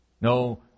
No